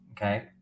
okay